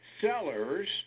sellers